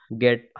get